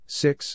six